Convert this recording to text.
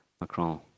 Macron